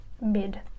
mid